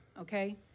okay